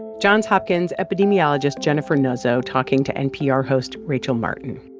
johns hopkins epidemiologist jennifer nuzzo talking to npr host rachel martin